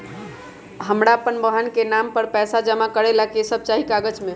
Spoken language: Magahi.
हमरा अपन बहन के नाम पर पैसा जमा करे ला कि सब चाहि कागज मे?